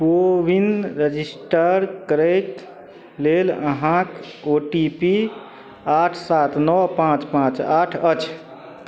CoWIN register करैके लेल अहाँके ओ टी पी आठ सात नओ पाँच पाँच आठ अछि